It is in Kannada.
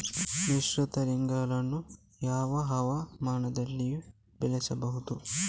ಮಿಶ್ರತಳಿಗಳನ್ನು ಯಾವ ಹವಾಮಾನದಲ್ಲಿಯೂ ಬೆಳೆಸಬಹುದೇ?